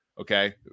Okay